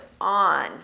on